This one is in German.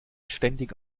ständig